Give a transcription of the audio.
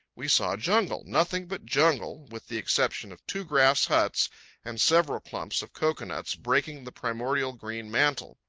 we saw jungle, nothing but jungle, with the exception of two grass huts and several clumps of cocoanuts breaking the primordial green mantle.